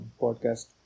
podcast